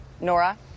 Nora